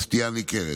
סטייה ניכרת.